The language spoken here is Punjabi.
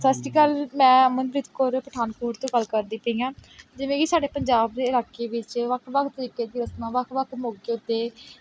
ਸਤਿ ਸ਼੍ਰੀ ਅਕਾਲ ਮੈਂ ਅਮਨਪ੍ਰੀਤ ਕੌਰ ਪਠਾਨਕੋਟ ਤੋਂ ਗੱਲ ਕਰਦੀ ਪਈ ਹਾਂ ਜਿਵੇਂ ਕਿ ਸਾਡੇ ਪੰਜਾਬ ਦੇ ਇਲਾਕੇ ਵਿੱਚ ਵੱਖ ਵੱਖ ਤਰੀਕੇ ਦੀ ਰਸਮਾਂ ਵੱਖ ਵੱਖ ਮੌਕੇ ਉੱਤੇ